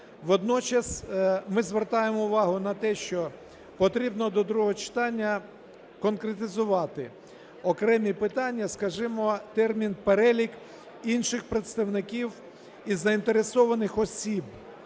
Водночас ми звертаємо увагу на те, що потрібно до другого читання конкретизувати окремі питання, скажімо, термін перелік інших представників і заінтересованих осіб,